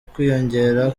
kwiyongera